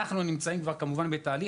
אנחנו נמצאים כבר בתהליך,